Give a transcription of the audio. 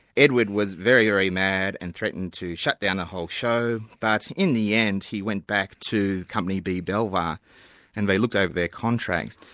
edward was very, very mad and threatened to shut down the whole show, but in the end, he went back to company b belvoir and they looked over their contract.